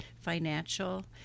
financial